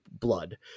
blood